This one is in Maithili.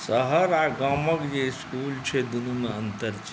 शहर आ गामक जे इस्कुल छै दुनूमे अन्तर छै